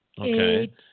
Okay